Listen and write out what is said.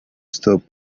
stop